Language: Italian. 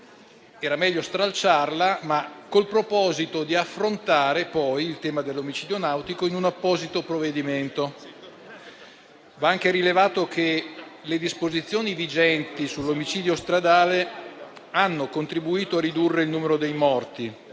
meglio stralciare quella parte con il proposito di affrontare il tema dell'omicidio nautico in un apposito provvedimento. Va anche rilevato che le disposizioni vigenti sull'omicidio stradale hanno contribuito a ridurre il numero dei morti,